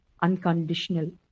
unconditional